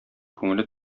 күңеле